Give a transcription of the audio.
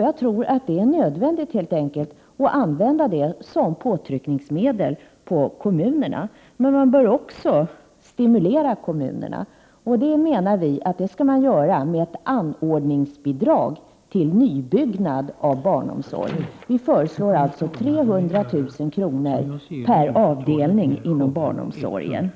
Jag tror att det helt enkelt är nödvändigt att använda lagstiftning som påtryckningsmedel på kommunerna. Men man bör också stimulera kommunerna. Det menar vi att man skall göra med ett anordningsbidrag till nybyggnad för barnomsorgen. Vi föreslår alltså 300 000 kr. per avdelning inom barnomsorgen.